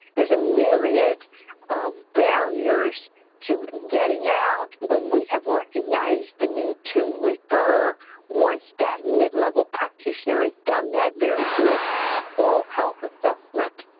there's a myriad of barriers to getting out when we have recognized the need to refer once that mid-level practitioner has done that very good oral health assessment.